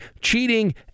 cheating